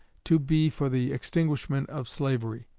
to be for the extinguishment of slavery.